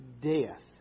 death